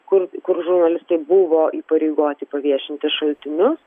kur kur žurnalistai buvo įpareigoti paviešinti šaltinius